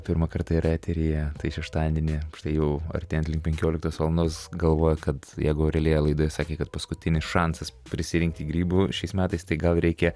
pirmą kartą yra eteryje tai šeštadienį štai jau artėjant link penkioliktos valandos galvoja kad jeigu aurelija laidoje sakė kad paskutinis šansas prisirinkti grybų šiais metais tai gal reikia